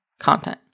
content